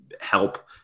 help